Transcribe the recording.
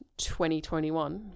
2021